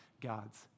God's